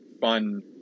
fun